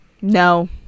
No